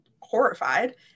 horrified